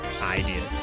ideas